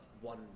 one